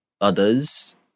others